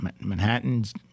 Manhattan's